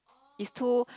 is too